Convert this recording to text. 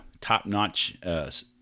top-notch